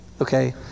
okay